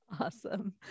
Awesome